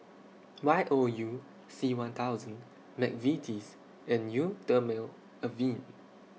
Y O U C one thousand Mcvitie's and Eau Thermale Avene